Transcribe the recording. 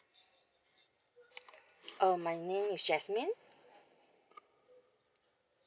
uh my name is jasmin